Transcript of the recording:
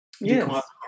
Yes